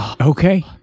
okay